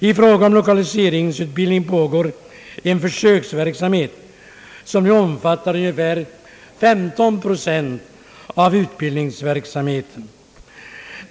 I fråga om lokaliseringsutbildning pågår en försöksverksamhet som nu omfattar ungefär 15 procent av utbildningsverksamheten.